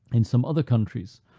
in some other countries,